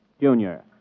Junior